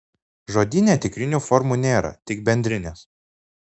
žodyne tikrinių formų nėra tik bendrinės